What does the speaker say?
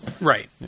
Right